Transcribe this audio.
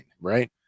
Right